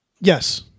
Yes